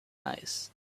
eyes